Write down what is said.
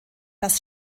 das